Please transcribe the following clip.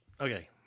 Okay